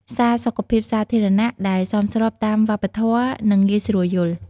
វាជាតម្រូវការចាំបាច់សម្រាប់សារសុខភាពសាធារណៈដែលសមស្របតាមវប្បធម៌ និងងាយស្រួលយល់។